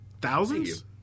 thousands